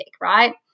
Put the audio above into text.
right